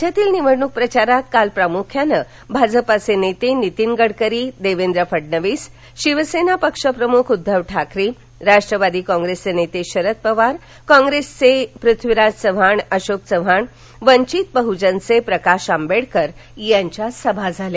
राज्यातील निवडणुक प्रचारात काल प्रामुख्यानं भाजपा नेते नीतीन गडकरी देवेंद्र फडणवीस शिवसेना पक्षप्रमुख उद्धव ठाकरे राष्ट्रवादी कॉप्रेसचे नेते शरद पवार कॉप्रेसचे पृथ्वीराज चव्हाण अशोक चव्हाण वंचित बह्जनचे प्रकाश आंबेडकर यांच्या सभा झाल्या